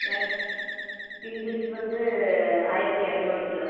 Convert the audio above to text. வேறு kingfish வந்து ஆயிரத்து இரநூறு கிலோ